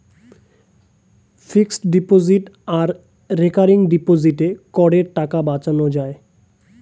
fixed deposit আর recurring ডিপোজিটে করের টাকা বাঁচানো যায়